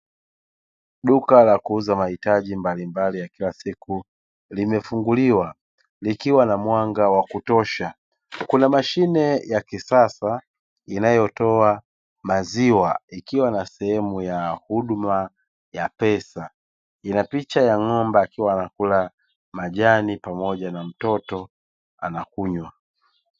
Duka la kuuza mahitaji mbalimbali ya kila siku limefunguliwa, likiwa na mwanga wa kutosha. Kuna mashine ya kisasa inayotoa maziwa, ikiwa na sehemu ya huduma ya pesa. Ina picha ya ng'ombe akiwa anakula majani pamoja na mtoto anakunywa.